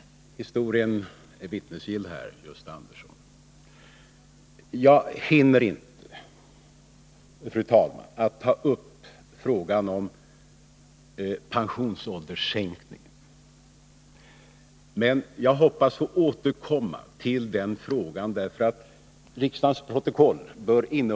Historien är vittnesgill här, Gösta Andersson. Jag hinner inte, fru talman, ta upp frågan om sänkningen av pensionsåldern, men jag hoppas få återkomma till den frågan.